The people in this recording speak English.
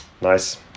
Nice